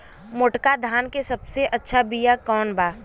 मोटका धान के सबसे अच्छा बिया कवन बा?